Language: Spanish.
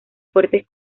fuertes